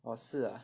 哦是啊